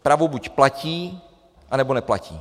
Právo buď platí, anebo neplatí.